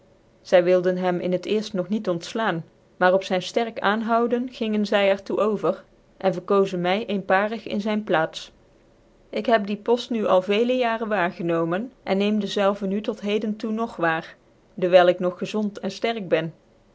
zy wilde hem in het eerft noe niet ontdaan maar op zyn fterk aanhouden gingen zy er toe over cn verkozen my eenparig in zyn plaats ik heb die poft nu al vcelc jaren waargenomen cn neem dezelve nu tot heden toe nog waar dewijl ik nog gezond cn fterk ben